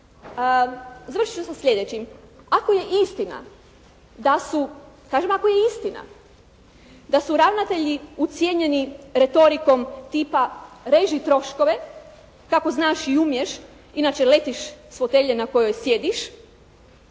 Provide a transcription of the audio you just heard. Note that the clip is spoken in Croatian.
je istina, kažem ako je istina da su ravnatelji ucijenjeni retorikom tipa reži troškove kako znaš i umiješ inače letiš s fotelje na kojoj sjediš